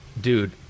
dude